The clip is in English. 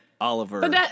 Oliver